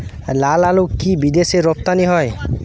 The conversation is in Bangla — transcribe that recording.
লালআলু কি বিদেশে রপ্তানি হয়?